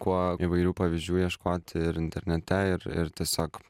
kuo įvairių pavyzdžių ieškoti ir internete ir ir tiesiog